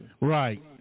Right